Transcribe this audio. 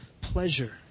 pleasure